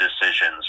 decisions